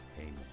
Amen